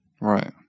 Right